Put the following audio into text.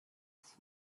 rest